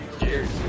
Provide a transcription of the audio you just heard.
cheers